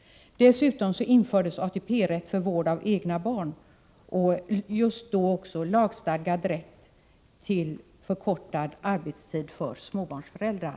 Dessutom infördes bl.a. ATP-rätt för vård av egna barn och lagstadgad rätt till förkortad arbetstid för småbarnsföräldrar.